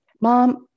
Mom